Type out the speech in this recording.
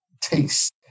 taste